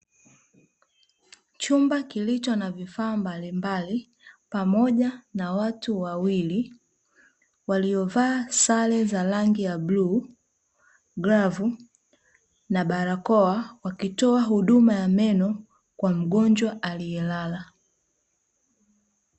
Chumba kilicho na vifaa mbalimbali, pamoja na watu wawili waliovaa sare za rangi ya bluu, glavu, na barakoa. Wakitoa huduma ya meno, kwa mgonjwa alielala.